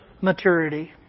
maturity